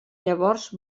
llavors